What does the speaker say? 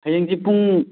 ꯍꯌꯦꯡꯁꯤ ꯄꯨꯡ